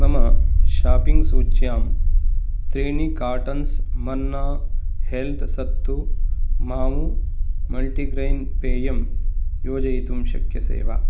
मम शापिङ्ग् सूच्यां त्रीणि कार्टन्स् मन्ना हेल्थ् सत्तूमावु मल्टिग्रेन् पेयं योजयितुं शक्यसे वा